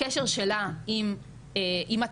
לקשר שלה עם התחנה,